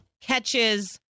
Catches